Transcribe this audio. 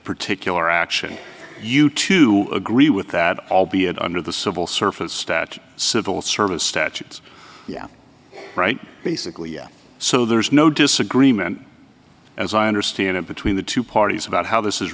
particular action you to agree with that albeit under the civil service stat civil service statutes yeah right basically yes so there's no disagreement as i understand it between the two parties about how this is